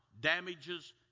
damages